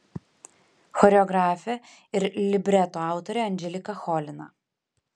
choreografė ir libreto autorė anželika cholina